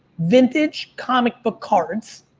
vintage comic book cards,